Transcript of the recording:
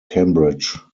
cambridge